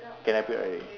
can wrap it already